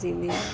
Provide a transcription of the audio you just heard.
Sindhi